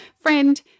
friend